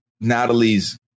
Natalie's